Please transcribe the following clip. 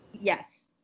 Yes